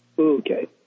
Okay